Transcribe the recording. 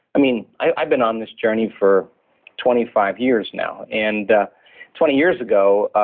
i mean, i've been on this journey for twenty five years now, and twenty years ago,